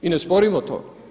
I ne sporimo to.